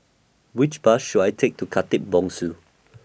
Which Bus should I Take to Khatib Bongsu